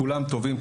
כולם טובים,